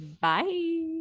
bye